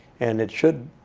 and it should,